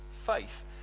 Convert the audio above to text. faith